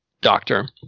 Doctor